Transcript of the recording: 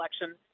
election